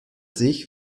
sich